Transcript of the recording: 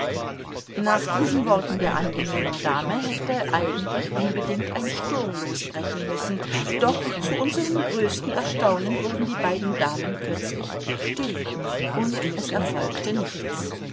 nach diesen worten der angenehmen dame hätte eigentlich unbedingt ein sturm losbrechen müssen doch zu unserem größten erstaunen wurden die beiden damen plötzlich still und es erfolgte nichts